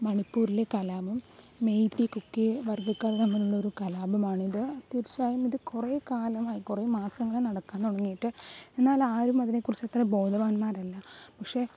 മണിപ്പൂരിലെ കലാപം മെയ്തി കുക്കിയെ വർഗ്ഗക്കാർ തമ്മിലുള്ള ഒരു കലാപമാണിത് തീർച്ചയായും ഇത് കുറേക്കാലമായി കുറേ മാസങ്ങളായി നടക്കാൻ തുടങ്ങിയിട്ട് എന്നാൽ ആരും അതിനെക്കുറിച്ച് അത്ര ബോധവാന്മാരല്ല പക്ഷേ